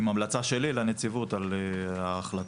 עם המלצה שלי לנציבות על ההחלטה.